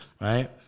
right